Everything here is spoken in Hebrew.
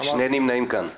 שני נמנעים.